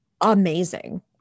amazing